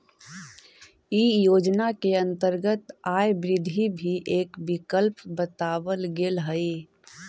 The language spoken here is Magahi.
इ योजना के अंतर्गत आय वृद्धि भी एक विकल्प बतावल गेल हई